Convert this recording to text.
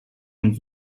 und